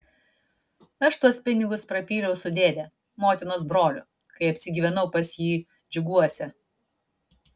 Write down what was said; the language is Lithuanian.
aš tuos pinigus prapyliau su dėde motinos broliu kai apsigyvenau pas jį džiuguose